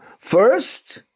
First